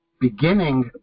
beginning